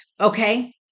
Okay